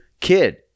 kid